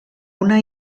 una